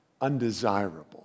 undesirable